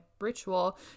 ritual